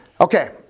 Okay